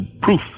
proof